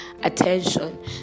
attention